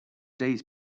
days